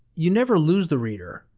you never lose the reader,